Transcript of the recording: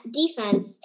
defense